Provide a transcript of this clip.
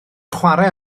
chwarae